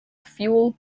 fuel